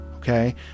Okay